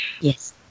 Yes